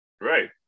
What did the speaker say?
Right